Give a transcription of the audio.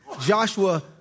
Joshua